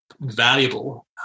valuable